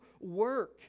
work